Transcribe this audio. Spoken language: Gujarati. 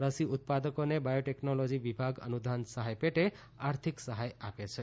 રસી ઉત્પાદકોને બાયોટેકનોલોજી વિભાગ અનુદાન સહાય પેટે આર્થિક સહાય આપે છે